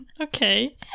Okay